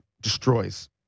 destroys